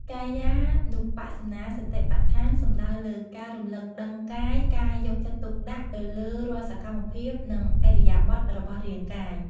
កាយានុបស្សនាសតិប្បដ្ឋាន សំដៅដល់ការរលឹកដឹងកាយ ការយកចិត្តទុកដាក់ទៅលើរាល់សកម្មភាព និងឥរិយាបថរបស់រាងកាយ។